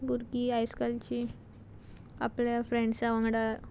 भुरगीं आयज कालचीं आपल्या फ्रेंड्सा वांगडा